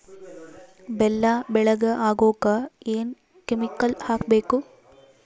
ಬೆಲ್ಲ ಬೆಳಗ ಆಗೋಕ ಏನ್ ಕೆಮಿಕಲ್ ಹಾಕ್ಬೇಕು?